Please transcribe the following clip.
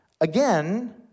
Again